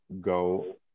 go